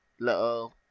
little